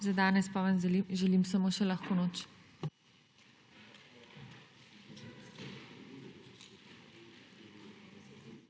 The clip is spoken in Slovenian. Za danes pa vam želim samo še lahko noč.